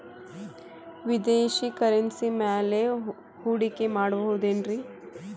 ವಿದೇಶಿ ಕರೆನ್ಸಿ ಮ್ಯಾಲೆ ಹೂಡಿಕೆ ಮಾಡಬಹುದೇನ್ರಿ?